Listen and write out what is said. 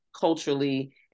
culturally